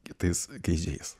kitais gaidžiais